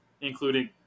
including